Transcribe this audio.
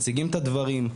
מציגים את הדברים,